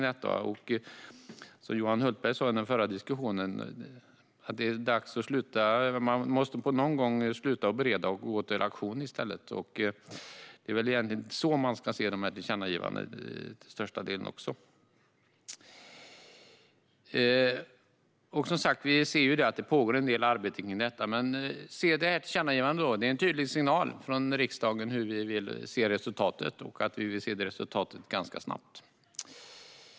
Johan Hultberg sa under debatten om det förra betänkandet att man någon gång måste sluta bereda och gå till aktion i stället. Det är egentligen på det sättet som man ska se dessa tillkännagivanden. Vi ser, som sagt, att det pågår en del arbete kring detta. Men dessa tillkännagivanden är en tydlig signal från riksdagen om vad vi vill se för resultat och att vi vill se detta resultat ganska snabbt.